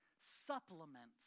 supplements